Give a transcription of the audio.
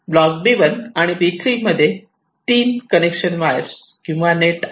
block B1 आणि B3 मध्ये 3 connection wires किंवा नेट आहे